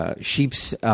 Sheep's